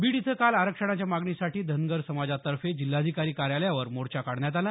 बीड इथं काल आरक्षणाच्या मागणीसाठी धनगर समाजातर्फे जिल्हाधिकारी कार्यालयावर मोर्चा काढण्यात आला